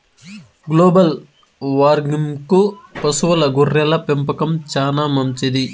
global వార్మింగ్కు పశువుల గొర్రెల పెంపకం చానా మంచిది